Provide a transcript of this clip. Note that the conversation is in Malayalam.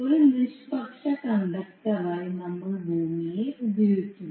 ഒരു നിഷ്പക്ഷ കണ്ടക്ടറായി നമ്മൾ ഭൂമിയെ ഉപയോഗിക്കുന്നു